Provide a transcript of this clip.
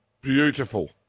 Beautiful